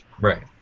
right